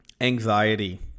anxiety